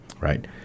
right